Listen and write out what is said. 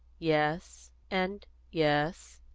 yes, and yes,